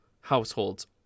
households